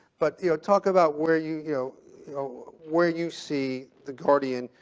but you know, talk about where you, you know, where you see the guardian,